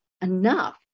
enough